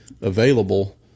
available